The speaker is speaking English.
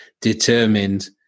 determined